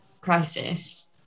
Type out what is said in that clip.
crisis